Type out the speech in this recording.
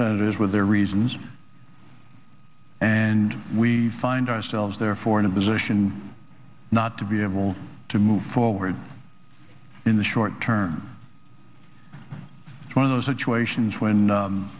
senators with their reasons and we find ourselves therefore in a position not to be able to move forward in the short term one of those situations when